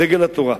דגל התורה,